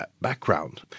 background